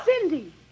Cindy